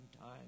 time